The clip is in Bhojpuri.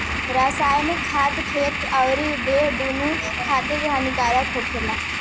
रासायनिक खाद खेत अउरी देह दूनो खातिर हानिकारक होला